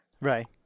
Right